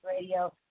Radio